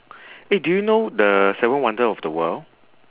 eh do you know the seven wonder of the world